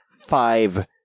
five